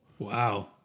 Wow